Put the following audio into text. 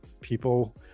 people